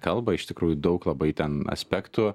kalbą iš tikrųjų daug labai ten aspektų